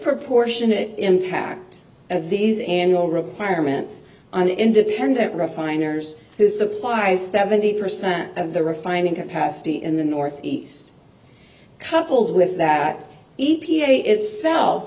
disproportionate impact of these annual require ments on independent refiners who supplies seventy percent of the refining capacity in the northeast coupled with that e p a itself